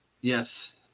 Yes